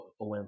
OM